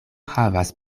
havas